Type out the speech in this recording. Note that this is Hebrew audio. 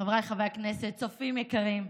חבריי חברי הכנסת, צופים יקרים,